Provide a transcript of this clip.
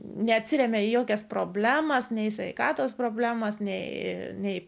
neatsiremia į jokias problemas nei sveikatos problemas nei